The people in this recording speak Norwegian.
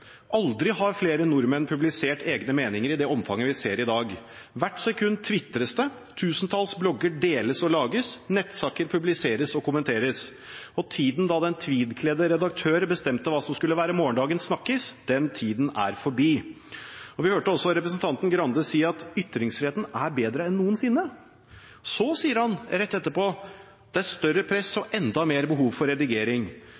aldri har flere nordmenn publisert egne meninger i det omfanget vi ser i dag. Hvert sekund twitres det, tusentalls blogger deles og lages, nettsaker publiseres og kommenteres. Tiden da den tweedkledde redaktør bestemte hva som skulle være morgendagens snakkis, er forbi. Vi hørte også representanten Grande si at ytringsfriheten er bedre enn noensinne. Så sier han rett etterpå at det er større press